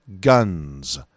guns